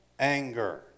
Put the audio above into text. Anger